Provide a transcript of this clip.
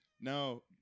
No